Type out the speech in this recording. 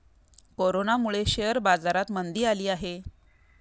कोरोनामुळे शेअर बाजारात मंदी आली आहे